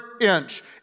inch